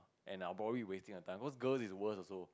and I will probably be wasting her time cause girl is worse also